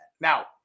Now